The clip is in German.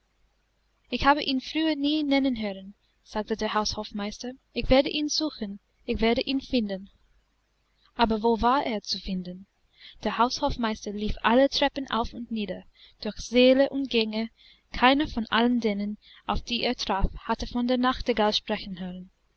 ich habe ihn früher nie nennen hören sagte der haushofmeister ich werde ihn suchen ich werde ihn finden aber wo war er zu finden der haushofmeister lief alle treppen auf und nieder durch säle und gänge keiner von allen denen auf die er traf hatte von der nachtigall sprechen hören